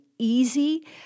Easy